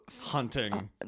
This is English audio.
hunting